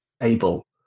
able